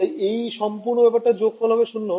তাই এই সম্পূর্ণ ব্যপার টার যোগফল হবে 0